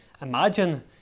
Imagine